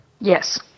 Yes